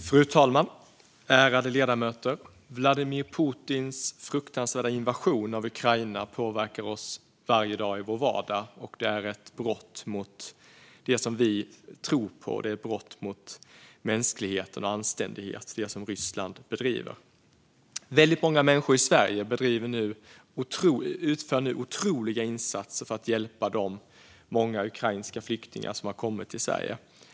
Fru talman! Ärade ledamöter! Vladimir Putins fruktansvärda invasion av Ukraina påverkar oss alla i vår vardag. Den är ett brott mot det som vi tror på. Det som Ryssland bedriver är ett brott mot mänskligheten och anständigheten. Väldigt många människor i Sverige utför nu otroliga insatser för att hjälpa de många ukrainska flyktingar som har kommit till Sverige.